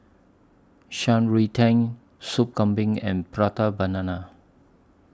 Shan Rui Tang Sop Kambing and Prata Banana